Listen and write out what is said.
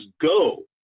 go